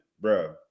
bro